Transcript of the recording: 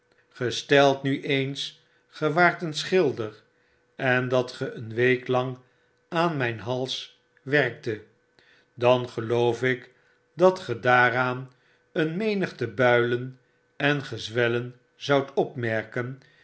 nu eens ge waart een schilder en dat ge een week lang aan mijn hals werktet dan geloof ik dat ge daaraan een menigte builen en gezwellen zoudt opmerken